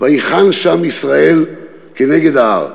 "ויחן שם ישראל נגד ההר"